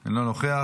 אינו נוכח.